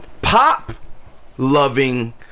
Pop-loving